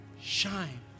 shine